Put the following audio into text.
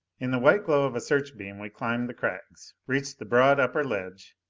in the white glow of a searchbeam we climbed the crags, reached the broad upper ledge.